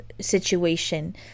situation